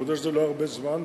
אני מודה שזה לא הרבה זמן.